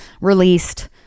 released